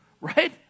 right